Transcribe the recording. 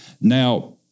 Now